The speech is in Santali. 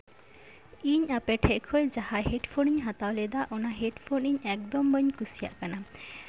ᱤᱧ ᱟᱯᱮ ᱴᱷᱮᱱ ᱠᱷᱚᱱ ᱡᱟᱦᱟᱸ ᱦᱮᱰᱯᱷᱳᱱ ᱤᱧ ᱦᱟᱛᱟᱣ ᱞᱮᱫᱟ ᱚᱱᱟ ᱦᱮᱰᱯᱷᱳᱱ ᱤᱧ ᱮᱠᱫᱚᱢ ᱵᱟᱹᱧ ᱠᱩᱥᱤᱭᱟᱜ ᱠᱟᱱᱟ